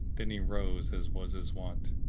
then he rose as was his wont,